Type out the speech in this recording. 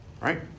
right